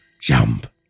Jump